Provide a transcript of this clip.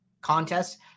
contests